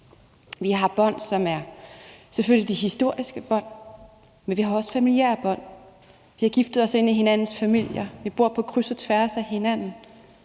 Vi har selvfølgelig historiske bånd, men vi har også familiære bånd. Vi har giftet os ind i hinandens familier. Vi bor på kryds og tværs af hinanden.